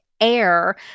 air